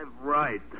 right